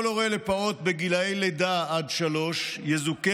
כל הורה לפעוט בגילי לידה עד שלוש יזוכה